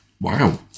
Wow